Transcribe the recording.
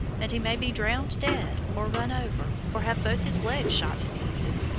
and he may be drownded dead, or run over, or have both his legs shot to pieces,